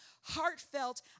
heartfelt